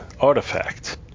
artifact